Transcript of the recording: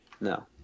No